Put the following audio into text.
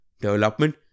Development